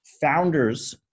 founders